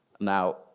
Now